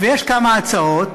ויש כמה הצעות.